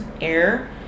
air